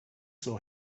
saw